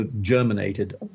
germinated